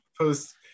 Post